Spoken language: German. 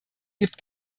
gibt